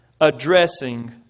addressing